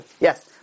Yes